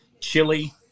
chili